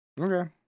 Okay